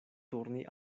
turni